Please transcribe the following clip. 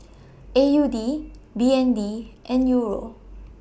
A U D B N D and Euro